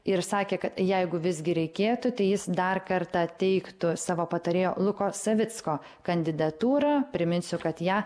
ir sakė kad jeigu visgi reikėtų tai jis dar kartą teiktų savo patarėjo luko savicko kandidatūrą priminsiu kad ją